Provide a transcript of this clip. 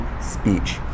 speech